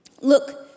look